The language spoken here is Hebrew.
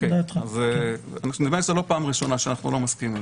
נדמה לי שזו לא פעם ראשונה שאנחנו לא נסכים.